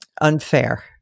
unfair